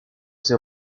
ses